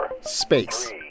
Space